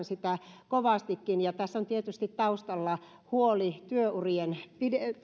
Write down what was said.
sitä kovastikin tässä on tietysti taustalla huoli työurien